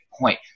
point